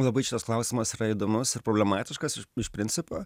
labai šitas klausimas yra įdomus ir problematiškas iš principo